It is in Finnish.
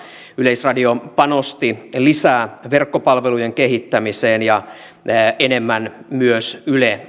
yleisradio panosti lisää verkkopalvelujen kehittämiseen ja enemmän myös yle